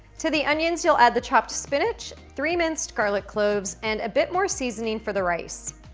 to the onions you'll add the chopped spinach, three minced garlic cloves and a bit more seasoning for the rice.